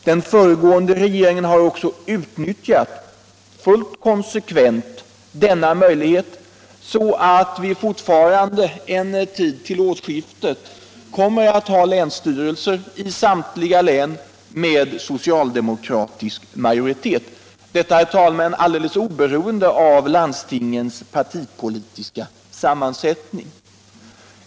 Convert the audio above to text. Den föregående regeringen har också utnyttjat denna möjlighet så att vi ännu en tid, till årsskiftet, kommer att i samtliga län ha länsstyrelser med socialdemokratisk majoritet — detta, herr talman, alldeles oberoende av landstingens partipolitiska sammansättning.